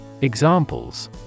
Examples